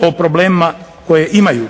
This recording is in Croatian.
o problemima koje imaju.